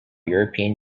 european